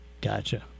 Gotcha